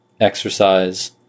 exercise